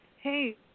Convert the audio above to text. Hey